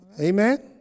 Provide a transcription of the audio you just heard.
Amen